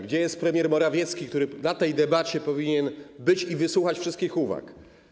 Gdzie jest premier Morawiecki, który na tej debacie powinien być i wysłuchać wszystkich uwag?